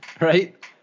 Right